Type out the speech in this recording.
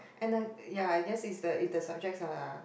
and I ya I guess is the is the subjects ah